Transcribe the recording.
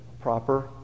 proper